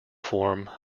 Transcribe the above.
form